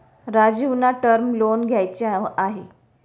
राजीवना term loan घ्यायचे आहे